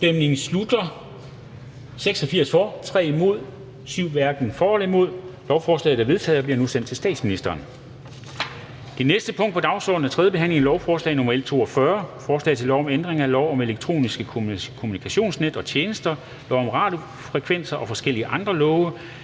en stemme af Sofie Carsten Nielsen (RV)). Lovforslaget er vedtaget og bliver nu sendt til statsministeren. --- Det næste punkt på dagsordenen er: 18) 3. behandling af lovforslag nr. L 42: Forslag til lov om ændring af lov om elektroniske kommunikationsnet og -tjenester, lov om radiofrekvenser og forskellige andre love.